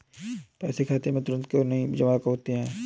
पैसे खाते में तुरंत क्यो नहीं जमा होते हैं?